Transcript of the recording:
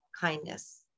kindness